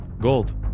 Gold